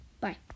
bye